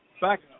back –